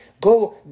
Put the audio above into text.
Go